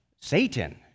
Satan